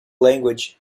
language